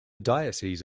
diocese